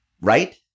right